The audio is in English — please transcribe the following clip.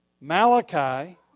Malachi